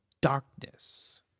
darkness